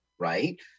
right